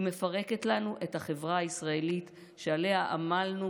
היא מפרקת לנו את החברה הישראלית שעליה עמלנו